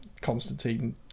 Constantine